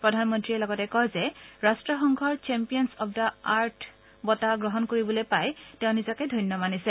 প্ৰধানমন্ত্ৰীয়ে লগতে কয় যে ৰট্টসংঘৰ চেম্পিয়নচ অৱ দ্যা আৰ্ট বঁটা গ্ৰহণ কৰিবলৈ পাই তেওঁ নিজকে ধন্য মানিছে